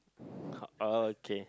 oh okay